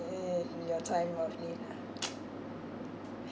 in your time of need